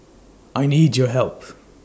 I need your help